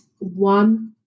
one